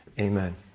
Amen